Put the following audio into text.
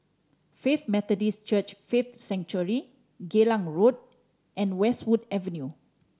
Faith Methodist Church Faith Sanctuary Geylang Road and Westwood Avenue